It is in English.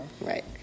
right